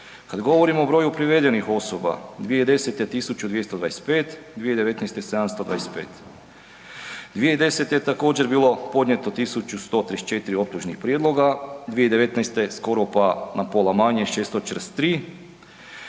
kad govorimo o broju privedenih osoba 2010. 1.225, 2019. 725, 2010. je također bilo podnijeto 1.134 optužnih prijedloga, 2019. skoro pa na pola manje 643,